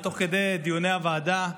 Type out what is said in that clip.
ותוך כדי דיוני הוועדה,